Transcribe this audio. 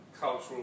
cultural